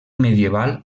medieval